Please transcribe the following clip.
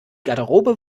garderobe